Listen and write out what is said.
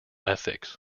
ethics